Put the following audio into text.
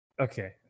Okay